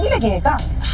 yeah against them.